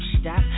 stop